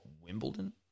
Wimbledon